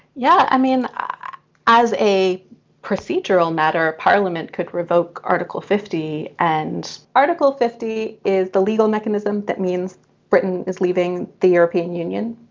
yeah i mean as a procedural matter a parliament could revoke article fifty and article fifty is the legal mechanism that means britain is leaving the european union